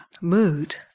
mood